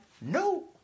No